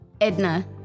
Edna